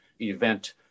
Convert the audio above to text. event